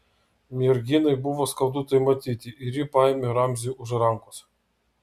merginai buvo skaudu tai matyti ir ji paėmė ramzį už rankos